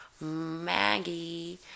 Maggie